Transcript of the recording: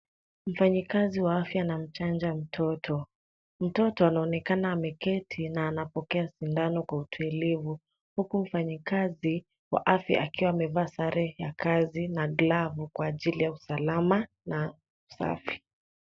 Mfanyikazi wa afya anamchanja mtoto. Mtoto anaonekana ameketi na anapokea sindano kwa utulivu huku mfanyikazi wa afya akiwa amevaa sare ya kazi na glavu kwa ajili ya usalama na usafi.